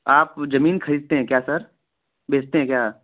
आप जमीन ख़रीदते हैं क्या सर बेचते हैं क्या